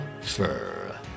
Fur